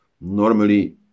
normally